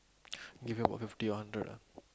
give me about fifty hundred